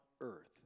earth